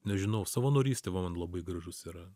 nežinau savanorystė va man labai gražus yra